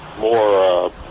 more